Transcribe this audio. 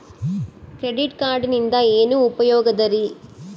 Credit ಕಾರ್ಡಿನಿಂದ ಏನು ಉಪಯೋಗದರಿ?